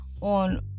on